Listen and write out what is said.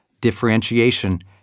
differentiation